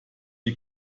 die